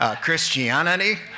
Christianity